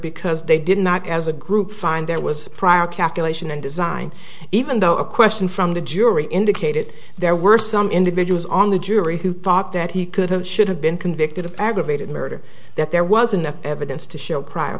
because they did not as a group find there was prior calculation and design even though a question from the jury indicated there were some individuals on the jury who thought that he could have should have been convicted of aggravated murder that there was enough evidence to show prior